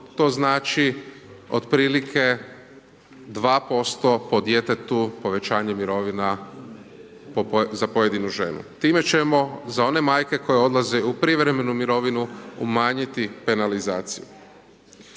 to znači otprilike 2% po djetetu, povećanje mirovina za pojedinu ženu. Time ćemo za one majke koje odlaze u privremenu mirovinu, umanjiti penalizaciju.